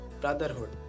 brotherhood